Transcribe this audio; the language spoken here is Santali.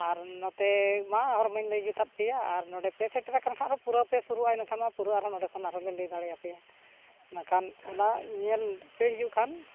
ᱟᱨ ᱱᱚᱛᱮᱢᱟ ᱦᱚᱨ ᱢᱟᱧ ᱞᱟᱹᱭ ᱡᱩᱛᱟᱜ ᱯᱮᱭᱟ ᱟᱨ ᱱᱚᱸᱰᱮᱯᱮ ᱥᱮᱴᱮᱨ ᱟᱠᱟᱱ ᱠᱷᱟᱱ ᱫᱚ ᱯᱩᱨᱟᱹᱯᱮ ᱥᱩᱨᱩᱜᱼᱟ ᱤᱱᱟᱹᱠᱷᱟᱱ ᱢᱟ ᱯᱩᱨᱟᱹ ᱟᱨᱦᱚᱸ ᱱᱚᱸᱰᱮᱠᱷᱚᱱ ᱟᱨᱦᱚᱸ ᱞᱮ ᱞᱟᱹᱭ ᱫᱟᱲᱮᱭᱟᱯᱮᱭᱟ ᱢᱮᱱᱠᱷᱟᱱ ᱚᱱᱟ ᱧᱮᱞ ᱯᱮ ᱦᱤᱡᱩᱜ ᱠᱷᱟᱱ